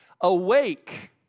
awake